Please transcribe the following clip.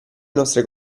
nostre